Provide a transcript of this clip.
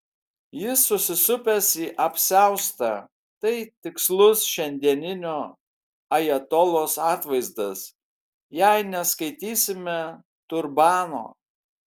jis susisupęs į apsiaustą tai tikslus šiandieninio ajatolos atvaizdas jei neskaitysime turbano